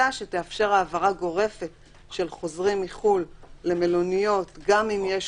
שתאפשר העברה גורפת של חוזרים מחו"ל למלוניות גם אם יש